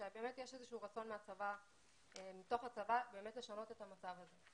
שבאמת יש רצון בצבא לשנות את המצב הזה,